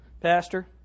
Pastor